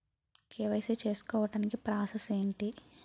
KYC చేసుకోవటానికి process ఏంటి?